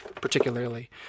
particularly